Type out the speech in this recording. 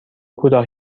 کوتاه